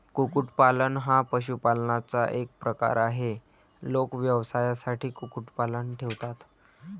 कुक्कुटपालन हा पशुपालनाचा एक प्रकार आहे, लोक व्यवसायासाठी कुक्कुटपालन ठेवतात